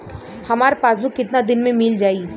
हमार पासबुक कितना दिन में मील जाई?